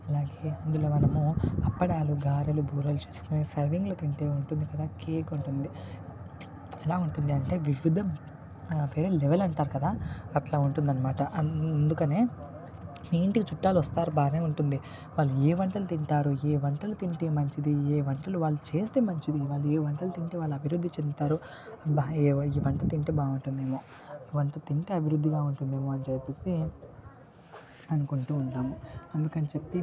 అలాగే అందులో మనము అప్పడాలు గారెలు బూరెలు చేసి సర్వింగ్లో తింటే ఉంటుంది కదా కేక ఉంటుంది ఎలా ఉంటుంది అంటే అద్భుతం వేరే లెవెల్ అంటారు కదా అట్లా ఉంటుంది అన్నమాట అందుకనే మీ ఇంటికి చుట్టాలు వస్తారు బాగానే ఉంటుంది వాళ్ళు ఏ వంటలు తింటారు వాళ్ళు ఏ వంటలు తింటే మంచిది ఏ వంటలు వాళ్ళకి చేస్తే మంచిది వాళ్ళు ఏ వంటలు తింటే వాళ్ళు అభివృద్ధి చెందుతారు ఈ వంట తింటే బాగుంటుంది ఏమో ఆ వంట తింటే అభివృద్ధిగా ఉంటుంది ఏమో అని చెప్పేసి అనుకుంటు ఉంటాము అందుకని చెప్పి